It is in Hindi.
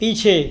पीछे